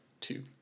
two